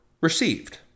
received